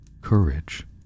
courage